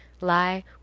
lie